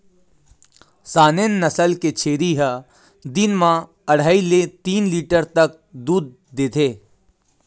Saanen नसल के छेरी ह दिन म अड़हई ले तीन लीटर तक दूद देथे